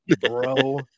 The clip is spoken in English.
bro